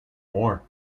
more